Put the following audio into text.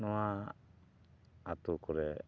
ᱱᱚᱣᱟ ᱟᱛᱳ ᱠᱚᱨᱮᱫ